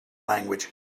language